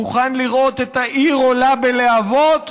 מוכן לראות את העיר עולה בלהבות,